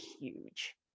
huge